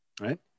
right